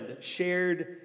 shared